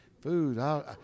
Food